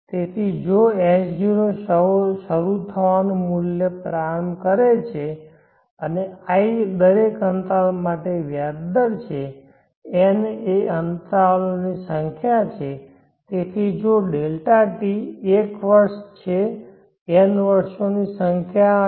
તેથી જો S0 શરૂ થવાનું મૂલ્ય પ્રારંભ કરે છે અને i દરેક અંતરાલ માટે વ્યાજ દર છે n એ અંતરાલોની સંખ્યા છે તેથી જો Δt 1 વર્ષ છે n વર્ષોની સંખ્યા હશે